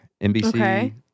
NBC